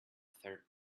third